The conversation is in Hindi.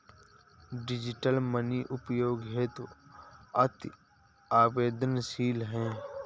डिजिटल मनी उपयोग हेतु अति सवेंदनशील है